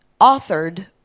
authored